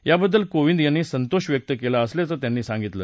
याबद्दल कोविद यांनी संतोष व्यक्त केला असल्याचं त्यांनी सांगितलं